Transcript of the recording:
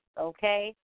okay